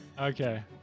Okay